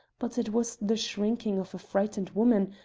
but it was the shrinking of a frightened woman,